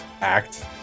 act